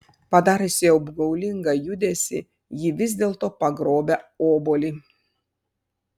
padariusi apgaulingą judesį ji vis dėlto pagrobia obuolį